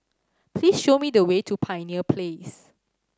please show me the way to Pioneer Place